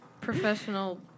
professional